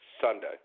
Sunday